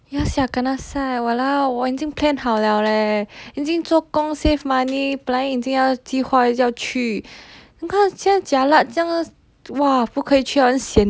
ya sia kanasai !walao! 我已经 plan 好 liao leh 已经做工 save money 本来已经要计划一下要去你看现在 zai jialat 这样 !wah! 不可以去很 hen sian leh